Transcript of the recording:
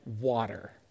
water